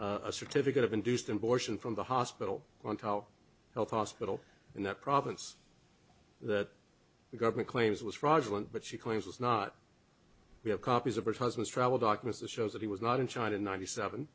seven a certificate of induced abortion from the hospital on top of health hospital in that province that the government claims was fraudulent but she claims was not we have copies of her husband's travel documents to show that he was not in china in ninety seven